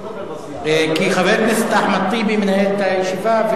כי חבר הכנסת אחמד טיבי מנהל את הישיבה,